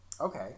Okay